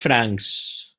francs